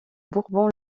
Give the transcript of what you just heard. bourbon